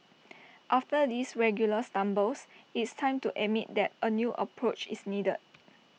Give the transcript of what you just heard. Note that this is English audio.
after these regular stumbles it's time to admit that A new approach is needed